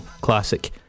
classic